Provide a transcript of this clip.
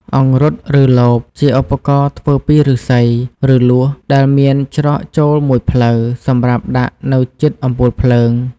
អង្រុត ឬលប ជាឧបករណ៍ធ្វើពីឫស្សី ឬលួសដែលមានច្រកចូលមួយផ្លូវ សម្រាប់ដាក់នៅជិតអំពូលភ្លើង។